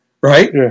right